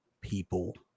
people